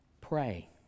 pray